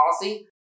policy